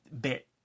bit